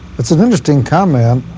it's an interesting comment,